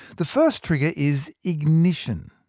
the first trigger is ignition.